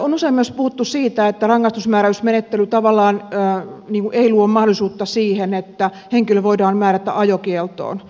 on usein myös puhuttu siitä että rangaistusmääräysmenettely tavallaan ei luo mahdollisuutta siihen että henkilö voidaan määrätä ajokieltoon